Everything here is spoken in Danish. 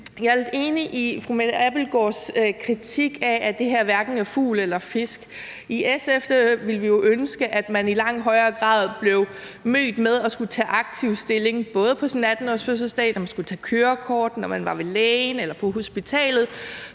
Jeg er enig i fru Mette Abildgaards kritik, med hensyn til at det her hverken er fugl eller fisk. I SF ville vi jo ønske, at man i langt højere grad blev mødt med at skulle tage aktivt stilling, både på sin 18-årsfødselsdag, når man skulle tage kørekort, og når man var hos lægen eller på hospitalet,